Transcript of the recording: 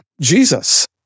Jesus